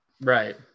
Right